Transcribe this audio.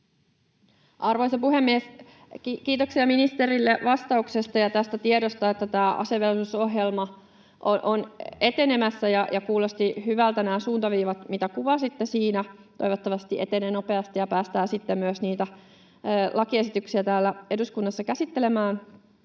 Arvoisa puhemies! Kiitoksia ministerille vastauksesta ja tästä tiedosta, että tämä asevelvollisuusohjelma on etenemässä. Kuulostivat hyvältä nämä suuntaviivat, mitä kuvasitte siinä. Toivottavasti se etenee nopeasti ja päästään sitten myös niitä lakiesityksiä täällä eduskunnassa käsittelemään